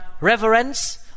reverence